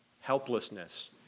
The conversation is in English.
helplessness